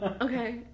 Okay